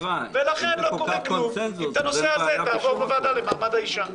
ולכן לא קורה כלום אם הנושא הזה יעבור בוועדה לקידום מעמד האישה.